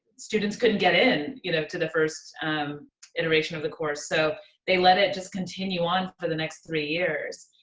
students couldn't get in you know to the first um iteration of the course, so they let it just continue on for the next three years,